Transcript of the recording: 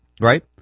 Right